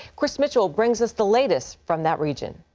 chris mitchell brings us the latest from that region.